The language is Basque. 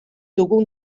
dugun